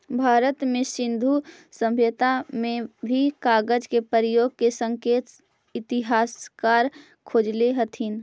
भारत में सिन्धु सभ्यता में भी कागज के प्रयोग के संकेत इतिहासकार खोजले हथिन